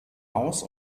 aus